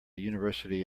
university